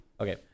Okay